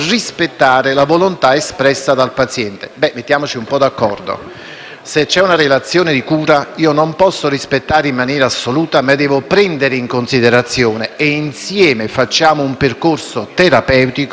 Se c'è una relazione di cura, il medico non può rispettare in maniera assoluta, ma deve prendere in considerazione e, insieme al paziente, fare un percorso terapeutico e di cura che sia nell'assoluto interesse del paziente stesso.